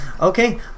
okay